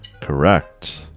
Correct